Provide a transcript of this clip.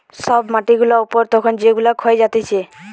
সব মাটি গুলা উপর তখন যেগুলা ক্ষয়ে যাতিছে